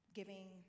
giving